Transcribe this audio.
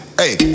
hey